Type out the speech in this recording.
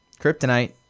kryptonite